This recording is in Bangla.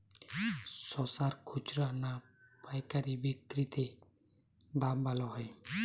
শশার খুচরা না পায়কারী বিক্রি তে দাম ভালো হয়?